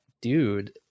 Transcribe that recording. dude